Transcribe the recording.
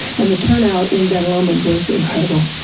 and the turn out in ben lomond was incredible.